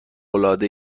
العاده